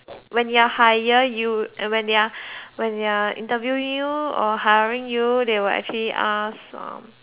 when they are hire you when they are when they are interviewing you or hiring you they will actually ask um